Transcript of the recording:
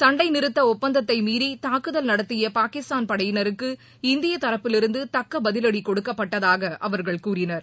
சண்டை நிறுத்த ஒப்பந்தத்தை மீறி தாக்குதல் நடத்திய பாகிஸ்தான் படையினருக்கு இந்திய தரப்பிலிருந்து தக்கபதிலடி கொடுக்கப்பட்டதாக அவர்கள் கூறினர்